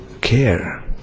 care